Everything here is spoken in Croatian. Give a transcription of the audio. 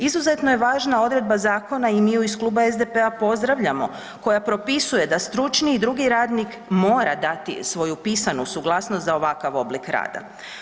Izuzetno je važna odredba zakona i mi ju iz Kluba SDP-a pozdravljamo koja propisuje da stručni i drugi radnik mora dati svoju pisanu suglasnost za ovakav oblik rada.